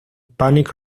panic